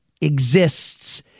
exists